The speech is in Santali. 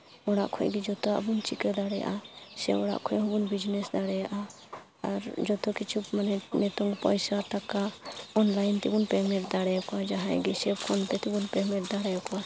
ᱚᱲᱟᱜ ᱠᱷᱚᱱ ᱜᱮ ᱡᱚᱛᱚᱣᱟᱜ ᱵᱚᱱ ᱪᱤᱠᱟᱹ ᱫᱟᱲᱭᱟᱜᱼᱟ ᱥᱮ ᱚᱲᱟᱜ ᱠᱷᱚᱱ ᱦᱚᱸᱵᱚᱱ ᱵᱤᱡᱽᱱᱮᱹᱥ ᱫᱟᱲᱮᱭᱟᱜᱼᱟ ᱟᱨ ᱡᱚᱛᱚ ᱠᱤᱪᱷᱩ ᱢᱟᱱᱮ ᱱᱤᱛᱳᱝ ᱯᱚᱭᱥᱟ ᱴᱟᱠᱟ ᱚᱱᱞᱟᱭᱤᱱ ᱛᱮᱵᱚᱱ ᱯᱮᱹᱢᱮᱹᱱᱴ ᱫᱟᱲᱮᱭᱟᱠᱚᱣᱟ ᱡᱟᱦᱟᱸᱭ ᱜᱮ ᱥᱮ ᱯᱷᱳᱱ ᱯᱮᱹ ᱛᱮᱵᱚᱱ ᱯᱮᱹᱢᱮᱹᱱᱴ ᱫᱟᱲᱮᱭᱟᱠᱚᱣᱟ